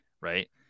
right